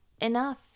enough